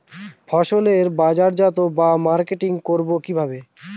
ফসলের বাজারজাত বা মার্কেটিং করব কিভাবে?